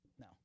No